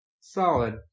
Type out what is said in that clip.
Solid